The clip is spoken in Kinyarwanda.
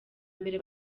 mbere